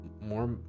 more